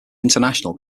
international